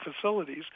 facilities